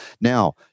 now